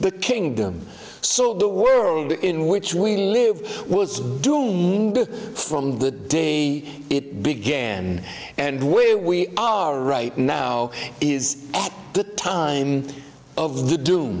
the kingdom so all the world in which we live was doomed from the day it began and where we are right now is at the time of the do